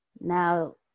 Now